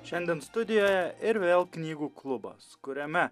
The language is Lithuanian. šiandien studijoje ir vėl knygų klubas kuriame